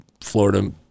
Florida